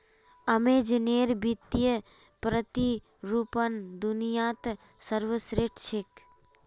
अमेज़नेर वित्तीय प्रतिरूपण दुनियात सर्वश्रेष्ठ छेक